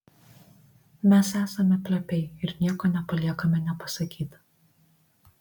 mes esame plepiai ir nieko nepaliekame nepasakyta